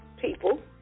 people